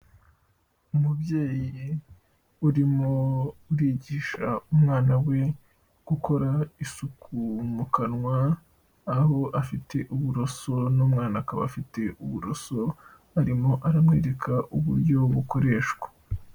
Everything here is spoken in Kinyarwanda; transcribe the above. Umubyeyi urimo urigisha umwana we, gukora isuku mu kanwa, aho afite uburosoro n'umwana akaba afite uburoso, arimo aramwereka uburyo bukoreshwa.